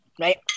Right